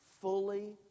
fully